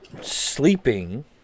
Sleeping